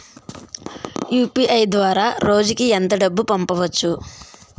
UPI ద్వారా రోజుకి ఎంత డబ్బు పంపవచ్చు?